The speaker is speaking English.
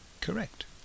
Correct